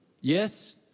Yes